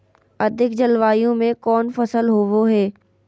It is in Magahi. अधिक जलवायु में कौन फसल होबो है?